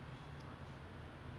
okay okay deadly class